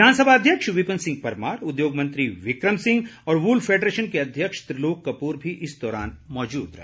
विधानसभा अध्यक्ष विपिन सिंह परमार उद्योग मंत्री बिक्रम सिंह और वूल फैडरेशन के अध्यक्ष त्रिलोक कपूर भी इस दौरान मौजूद रहे